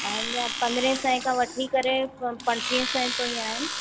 अञा पंद्रहं सौ खां वठी करे प पंजटीह सौ ताईं आहिनि